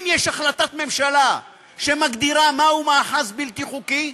אם יש החלטת ממשלה שמגדירה מהו מאחז בלתי חוקי,